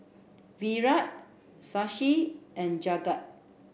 Virat Shashi and Jagat